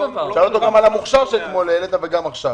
שאל אותו גם על המוכש"ר שהעלית אתמול, וגם עכשיו.